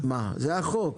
זה החוק.